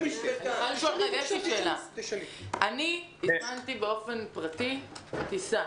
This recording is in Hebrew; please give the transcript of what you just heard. יש לי שאלה: אני הזמנתי באופן פרטי טיסה